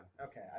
Okay